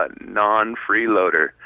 non-freeloader